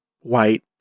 white